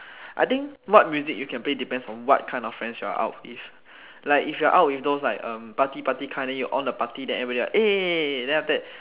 I think what music you can play depends on what kind of friends you are out with like if you are out with those like um party party kind then you on the party then everyone like eh then after that